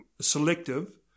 selective